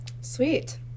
Sweet